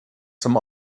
some